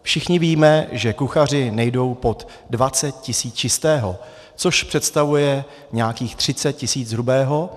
Všichni víme, že kuchaři nejdou pod 20 tis. čistého, což představuje nějakých 30 tis. hrubého.